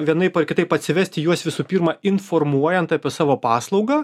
vienaip ar kitaip atsivesti juos visų pirma informuojant apie savo paslaugą